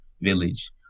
village